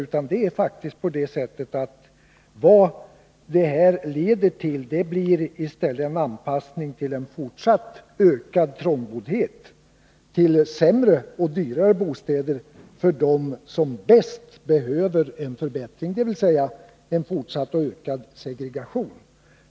Det är faktiskt i stället på det sättet att vad detta leder till är en anpassning tillen fortsatt ökad trångboddhet, till sämre och dyrare bostäder för dem som bäst behöver en förbättring — dvs. en fortsatt och ökad segregation.